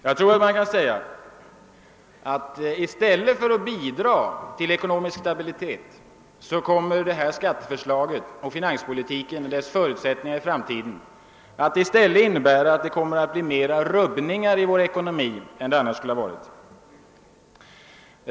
Jag tror man kan säga att i stället för att bidra till ekonomisk stabilitet kommer det framlagda skatteförslaget samt finanspolitiken i framtiden att innebära, att vi får större rubbningar i vår ekonomi än vi annars skulle ha fått.